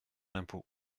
l’impôt